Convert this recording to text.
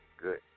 good